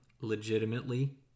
legitimately